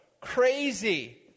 Crazy